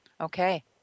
Okay